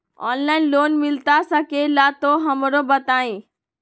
Online loan मिलता सके ला तो हमरो बताई?